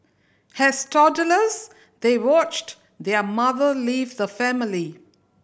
has toddlers they watched their mother leave the family